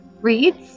reads